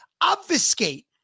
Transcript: obfuscate